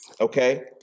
okay